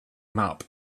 map